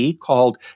called